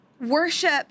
worship